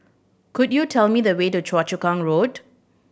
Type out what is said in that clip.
could you tell me the way to Choa Chu Kang Road